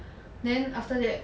then after that